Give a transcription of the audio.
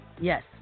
yes